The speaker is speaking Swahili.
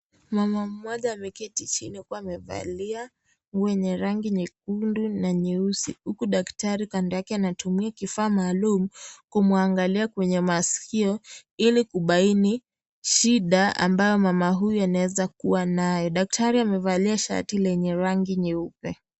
Mama mmoja ameketi chini. Huku amevalia nguo yenye rangi nyekundu na nyeusi. Huku daktari kando yake anatumia kifaa maalumu kumwangalia kwenye masikio ili kubaini shida ambayo mama huyu anaweza kuwa nayo. Daktari amevalia shati lenye rangi nyeupe.